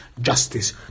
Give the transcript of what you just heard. justice